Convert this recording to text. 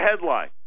headline